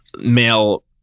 male